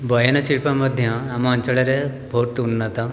ବୟନଶିଳ୍ପ ମଧ୍ୟ ଆମ ଅଞ୍ଚଳରେ ବହୁତ ଉନ୍ନତ